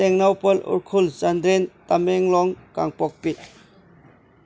Tengnoupal Ukhrul Chandel Tamenglong Kangpokpi